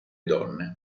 donne